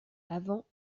avant